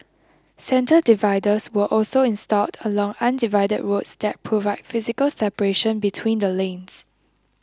centre dividers were also installed along undivided roads that provide physical separation between the lanes